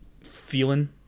feeling